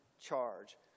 charge